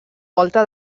volta